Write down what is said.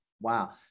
Wow